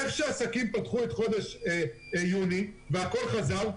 איך שהעסקים פתחו את חודש יוני והכול חזר,